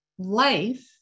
Life